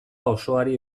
osoari